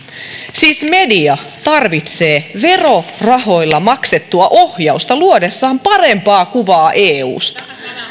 siis media tarvitsee verorahoilla maksettua ohjausta luodessaan parempaa kuvaa eusta